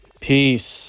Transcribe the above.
Peace